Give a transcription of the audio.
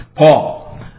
Paul